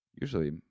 usually